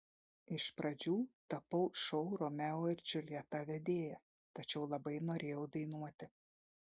iš pradžių tapau šou romeo ir džiuljeta vedėja tačiau labai norėjau dainuoti